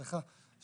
סליחה,